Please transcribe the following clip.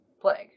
plague